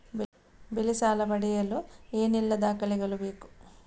ಬೆಳೆ ಸಾಲ ಪಡೆಯಲು ಏನೆಲ್ಲಾ ದಾಖಲೆಗಳು ಬೇಕು?